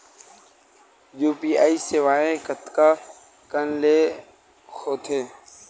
UPI सेवाएं कतका कान ले हो थे?